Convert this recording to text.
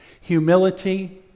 humility